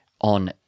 on